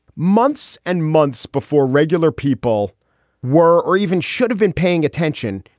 months and months before regular people were or even should have been paying attention,